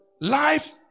life